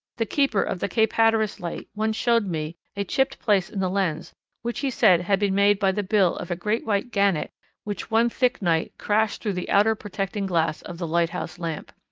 the keeper of the cape hatteras light once showed me a chipped place in the lens which he said had been made by the bill of a great white gannet which one thick night crashed through the outer protecting glass of the lighthouse lamp.